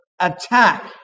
attack